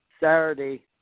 Saturday